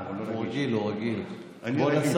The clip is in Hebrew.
הוא רגיל, הוא רגיל.